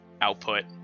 output